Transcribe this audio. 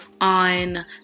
on